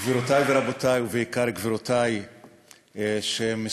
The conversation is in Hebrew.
גבירותי ורבותי, ובעיקר גבירותי שמשמאל,